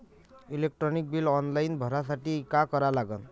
Electric bill online भरासाठी का करा लागन?